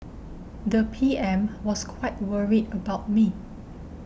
the P M was quite worried about me